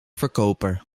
verkoper